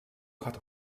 gaat